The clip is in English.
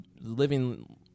living